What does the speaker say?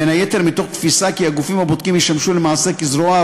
בין היתר מתוך תפיסה כי הגופים הבודקים ישמשו למעשה כזרועו